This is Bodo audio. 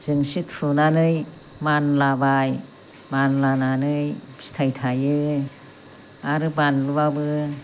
जोंसि थुनानै मानलाबाय मानलानानै फिथाइ थायो आरो बानलुआबो